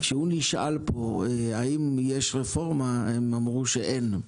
כשהוא נשאל פה אם יש רפורמה, נאמר שאין,